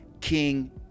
king